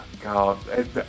god